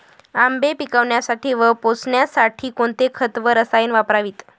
आंबे पिकवण्यासाठी व पोसण्यासाठी कोणते खत व रसायने वापरावीत?